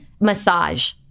Massage